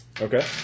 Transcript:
Okay